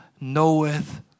knoweth